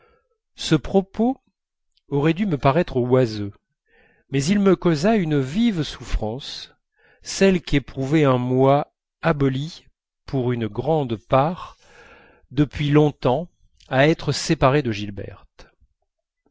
ce propos aurait dû me paraître oiseux mais il me causa une vive souffrance celle qu'éprouvait un moi aboli pour une grande part depuis longtemps à être séparé de gilberte